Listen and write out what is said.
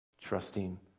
trusting